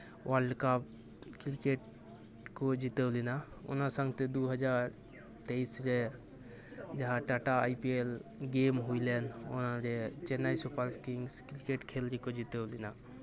world cup cricket ᱠᱚ ᱡᱤᱛᱟᱹᱣ ᱞᱮᱱᱟ ᱚᱱᱟ ᱥᱟᱶᱛᱮ ᱫᱩ ᱦᱟᱡᱟᱨ ᱛᱮᱭᱤᱥ ᱨᱮ ᱡᱟᱦᱟᱸ ᱴᱟᱴᱟ ᱟᱭᱯᱤᱭᱮᱞ ᱜᱮᱢ ᱦᱩᱭᱞᱮᱱ ᱚᱱᱟᱨᱮ ᱪᱮᱱᱱᱟᱭ ᱥᱩᱯᱟᱨᱠᱤᱝ ᱠᱨᱤᱠᱮᱴ ᱠᱷᱮᱞ ᱨᱮᱠᱚ ᱡᱤᱛᱟᱹᱣ ᱞᱮᱱᱟ